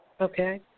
Okay